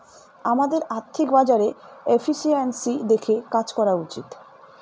আমাদের আর্থিক বাজারে এফিসিয়েন্সি দেখে কাজ করা উচিত